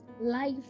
life